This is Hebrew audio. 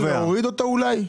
להוריד אותו, אולי?